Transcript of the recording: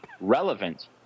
relevant